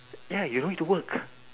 ya you don't need to work